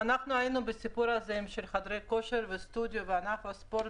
בסבב הקודם היינו בסיפור הזה של חדרי הכושר והסטודיו וענף הספורט,